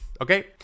Okay